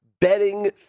betting